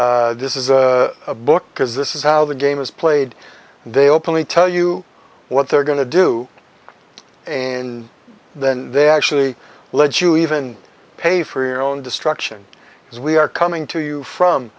v this is a book because this is how the game is played and they openly tell you what they're going to do and then they actually let you even pay for your own destruction as we are coming to you from